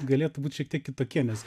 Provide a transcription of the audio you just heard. galėtų būt šiek tiek kitokie nes